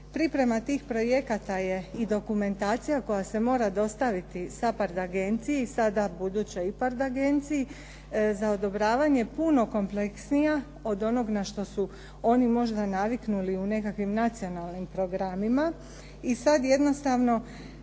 Priprema tih projekata je i dokumentacija koja se mora dostaviti SAPHARD agenciji, sada budućoj IPARD agenciji, za odobravanje puno kompleksnija od onog na što su oni možda naviknuli u nekakvim nacionalnim programima, i sad jednostavno